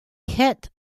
hit